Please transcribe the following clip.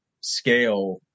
scale